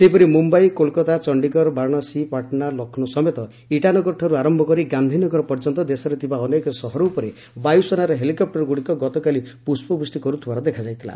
ସେହିପରି ମୁମ୍ବାଇ କୋଲ୍କାତା ଚଣ୍ଡିଗଡ଼ ବାରାଣସୀ ପାଟନା ଲକ୍ଷ୍ମୌ ସମେତ ଇଟାନଗରଠାରୁ ଆରମ୍ଭ କରି ଗାନ୍ଧିନଗର ପର୍ଯ୍ୟନ୍ତ ଦେଶରେ ଥିବା ଅନେକ ସହର ଉପରେ ବାୟୁସେନାର ହେଲିକପ୍ଟରଗୁଡ଼ିକ ଗତକାଲି ପୁଷ୍ପଚୃଷ୍ଟି କରୁଥିବାର ଦେଖାଯାଇଥିଲା